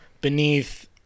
Beneath